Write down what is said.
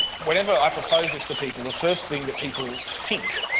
whenever i propose this to people, the first thing that people think,